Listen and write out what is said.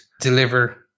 deliver